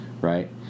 right